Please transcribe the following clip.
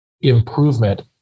improvement